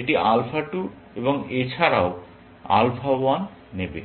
এটি আলফা 2 এবং এছাড়াও আলফা 1 নেবে